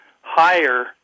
higher